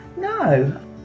No